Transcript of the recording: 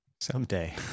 Someday